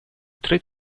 tre